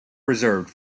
reserved